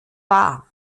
war